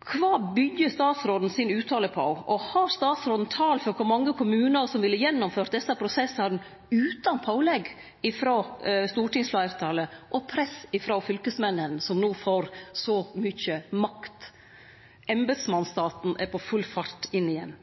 Kva byggjer statsråden uttalen sin på? Og har statsråden tal på kor mange kommunar som ville gjennomført desse prosessane utan pålegg frå stortingsfleirtalet og press frå fylkesmennene, som no får så mykje makt? Embetsmannsstaten er på full fart inn igjen.